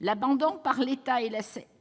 L'abandon par l'État et la SNCF